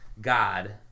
god